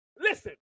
listen